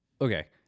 okay